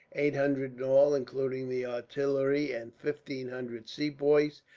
eight hundred in all, including the artillery and fifteen hundred sepoys,